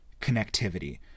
connectivity